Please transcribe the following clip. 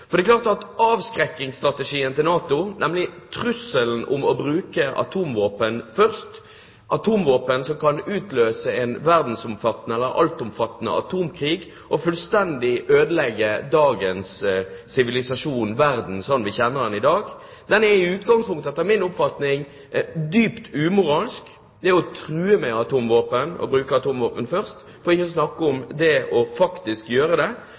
Det er klart at avskrekkingsstrategien til NATO er trusselen om å bruke atomvåpen først, atomvåpen som kan utløse en verdensomfattende – en altomfattende – atomkrig og fullstendig ødelegge dagens sivilisasjon. Verden, slik vi kjenner den i dag, er etter min oppfatning i utgangspunktet dypt umoralsk – det å true med atomvåpen og bruke atomvåpen først, for ikke å snakke om det faktisk å gjøre det!